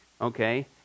Okay